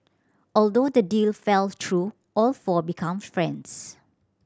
although the deal fell through all four become friends